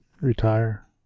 retire